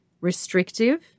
restrictive